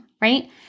right